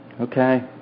Okay